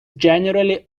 generally